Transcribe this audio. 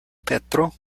petro